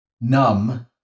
numb